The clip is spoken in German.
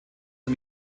der